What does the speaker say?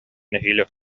нэһиилэ